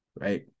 right